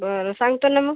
बरं सांगतो ना मग